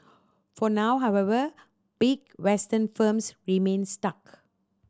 for now however big Western firms remain stuck